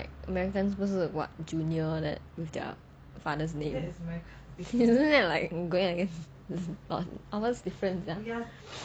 americans 不是 what junior all that with their fathers name isn't that like going against ours different sia